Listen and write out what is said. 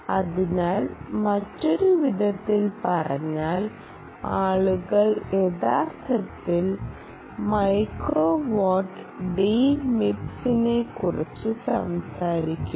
അതിനാൽ മറ്റൊരു വിധത്തിൽ പറഞ്ഞാൽ ആളുകൾ യഥാർത്ഥത്തിൽ മൈക്രോവാട്ടിന് D MIPSനെക്കുറിച്ച് സംസാരിക്കുന്നു